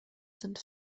sind